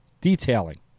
Detailing